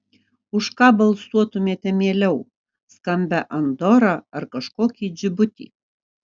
už ką balsuotumėte mieliau skambią andorą ar kažkokį džibutį